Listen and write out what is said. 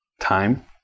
time